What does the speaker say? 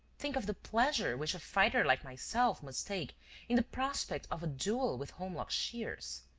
think of the pleasure which a fighter like myself must take in the prospect of a duel with holmlock shears.